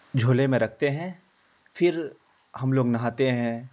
جھولے میں رکھتے ہیں پھر ہم لوگ نہاتے ہیں